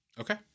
Okay